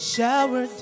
Shower